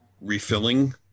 refilling